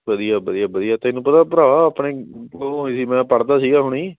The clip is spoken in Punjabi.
ਵਧੀਆ ਵਧੀਆ ਵਧੀਆ ਤੈਨੂੰ ਪਤਾ ਭਰਾ ਆਪਣੇ ਉਹ ਹੋਈ ਸੀ ਮੈਂ ਪੜ੍ਹਦਾ ਸੀਗਾ ਹੁਣੀ